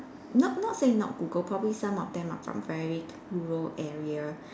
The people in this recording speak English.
not not saying not Google probably some of them are from very rural area